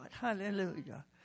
Hallelujah